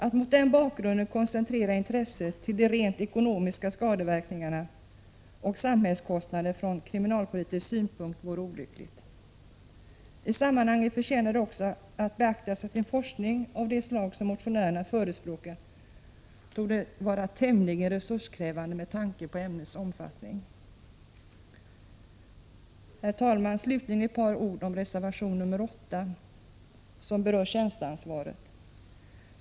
Att mot den bakgrunden koncentrera intresset till de rent ekonomiska skadeverkningarna och samhällskostnaderna kan från kriminalpolitisk synpunkt vara olyckligt. I sammanhanget förtjänar det också att beaktas att en forskning av det slag som motionärerna förespråkar torde vara tämligen resurskrävande med tanke på ämnets omfattning. Herr talman! Slutligen ett par ord om reservation 8, som berör tjänsteansvaret.